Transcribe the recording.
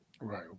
Right